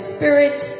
Spirit